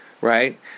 right